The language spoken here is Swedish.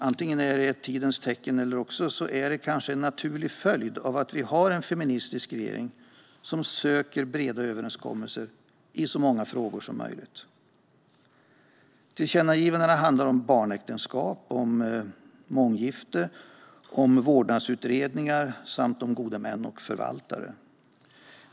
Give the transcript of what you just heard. Antingen är detta ett tidens tecken, eller också är det en naturlig följd av att vi har en feministisk regering som söker breda överenskommelser i så många frågor som möjligt. Tillkännagivandena handlar om barnäktenskap, månggifte, vårdnadsutredningar samt gode män och förvaltare.